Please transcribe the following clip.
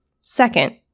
Second